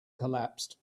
collapsed